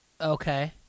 Okay